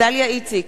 דליה איציק,